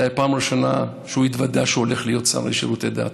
זו הייתה הפעם הראשונה שנודע לו שהוא הולך להיות שר לשירותי דת.